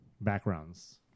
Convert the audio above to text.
backgrounds